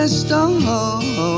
stone